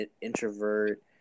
introvert